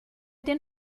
den